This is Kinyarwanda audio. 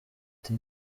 ati